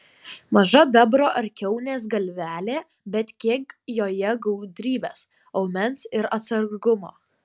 maža bebro ar kiaunės galvelė bet kiek joje gudrybės aumens ir atsargumo